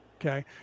Okay